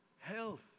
health